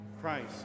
Christ